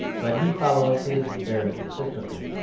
but he follows his very consistently.